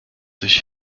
durch